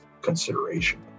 consideration